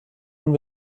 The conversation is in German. und